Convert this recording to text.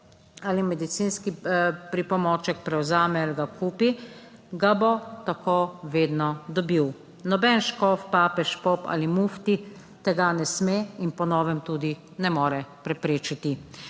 ali medicinski pripomoček prevzame ali ga kupi, ga bo tako vedno dobil. Noben škof, papež, pop ali mufti tega ne sme in po novem tudi ne more preprečiti.